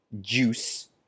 juice